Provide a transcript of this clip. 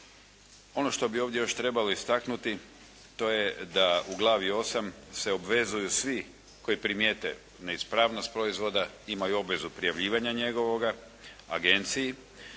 Oni što bi ovdje još trebalo istaknuti, to je da u glavi 8 se obvezuju svi koji primijete neispravnost proizvoda imaju obvezu prijavljivanja njegovoga agenciji.